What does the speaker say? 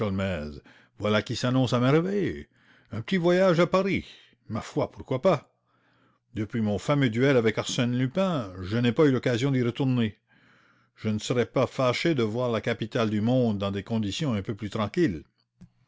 voilà qui s'annonce à merveille un petit voyage à paris ma foi pourquoi pas depuis mon duel avec arsène lupin je n'ai pas eu l'occasion d'y retourner je ne serais pas fâché de voir la capitale du monde dans des conditions un peu plus tranquilles